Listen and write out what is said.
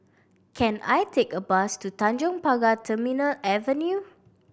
can I take a bus to Tanjong Pagar Terminal Avenue